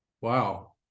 wow